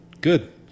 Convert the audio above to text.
Good